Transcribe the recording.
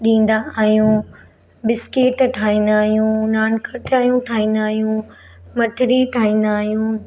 ॾींदा आहियूं बिस्किट ठाहींदा आहियूं नान खटाइयूं ठाईंदा आहियूं मठड़ी ठाहींदा आहियूं